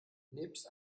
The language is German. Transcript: nebst